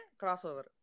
crossover